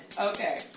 Okay